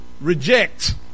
reject